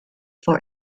for